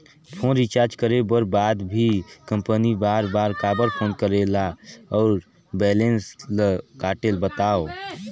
Phone recharge करे कर बाद भी कंपनी बार बार काबर फोन करेला और बैलेंस ल काटेल बतावव?